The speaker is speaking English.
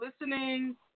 listening